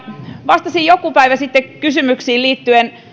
vastasin joku päivä sitten kysymyksiin